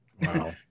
Wow